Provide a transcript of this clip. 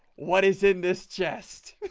what is in this chest,